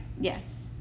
Yes